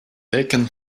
taken